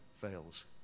fails